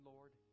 Lord